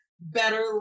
Better